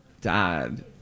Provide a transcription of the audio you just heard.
dad